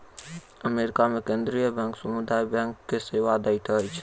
America मे केंद्रीय bank समुदाय बैंक के सेवा दैत अछि